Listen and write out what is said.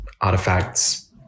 artifacts